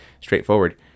straightforward